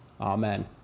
Amen